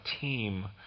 team